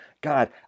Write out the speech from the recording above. God